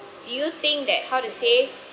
do you think that how to say